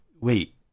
wait